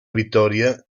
vittoria